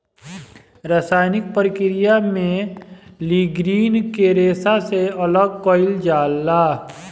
रासायनिक प्रक्रिया में लीग्रीन के रेशा से अलग कईल जाला